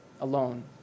alone